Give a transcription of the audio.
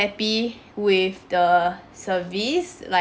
~ppy with the service like